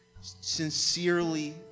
sincerely